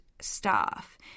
staff